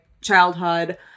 childhood